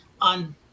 on